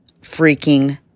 freaking